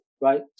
right